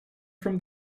from